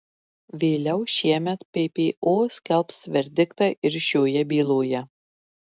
vėliau šiemet ppo skelbs verdiktą ir šioje byloje